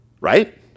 right